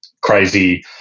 crazy –